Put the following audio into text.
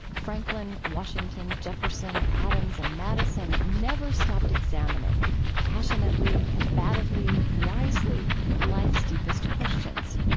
franklin, washington, jefferson, adams, and madison never stopped examining passionately, combatively, wisely life's deepest questions.